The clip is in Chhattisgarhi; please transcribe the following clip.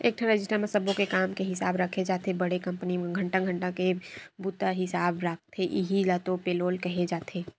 एकठन रजिस्टर म सब्बो के काम के हिसाब राखे जाथे बड़े कंपनी म घंटा घंटा के बूता हिसाब राखथे इहीं ल तो पेलोल केहे जाथे